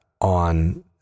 on